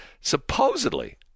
supposedly